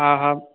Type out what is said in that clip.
हा हा